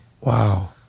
Wow